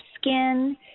skin